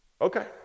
Okay